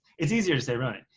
it's easier to say rhony.